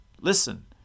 listen